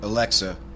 Alexa